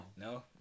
No